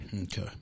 Okay